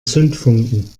zündfunken